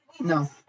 No